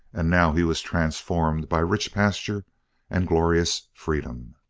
and now he was transformed by rich pasture and glorious freedom.